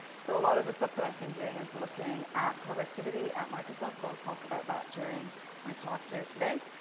so a lot of the stuff that i've been doing is looking at productivity at microsoft so i'll talk about that during my talk here today.